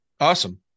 Awesome